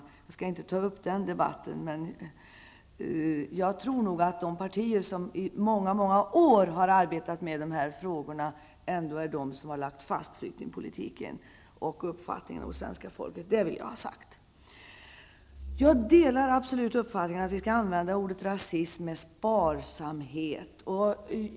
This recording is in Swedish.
Jag skall inte ta upp den debatten, men jag tror nog att de partier som i många många år har arbetat med de här frågorna ändå är de som har lagt fast flyktingpolitiken och uppfattningen hos svenska folket. Det vill jag ha sagt. Jag delar absolut uppfattningen att vi skall använda ordet rasism med sparsamhet.